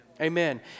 Amen